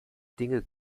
dinge